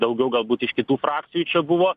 daugiau galbūt iš kitų frakcijų čia buvo